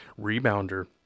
rebounder